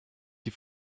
die